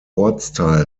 ortsteil